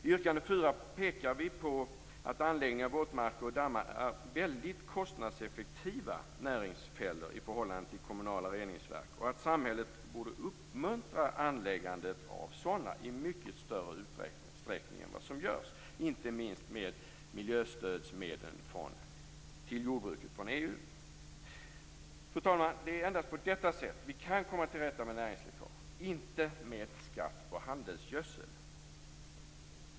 I yrkande 4 pekar vi på att anläggning av våtmarker och dammar utgör väldigt kostnadseffektiva näringsämnesfällor i förhållande till kommunala reningsverk. Samhället borde uppmuntra anläggande av sådana i mycket större utsträckning än vad som görs, inte minst med miljöstödsmedel till jordbruket från Fru talman! Det är endast på detta sätt vi kan komma till rätta med näringsläckaget, inte med en skatt på handelsgödsel.